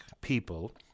people